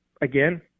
again